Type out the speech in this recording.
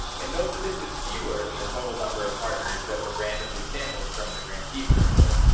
and note that this is fewer than the total number of partners that were randomly sampled from the grantee survey.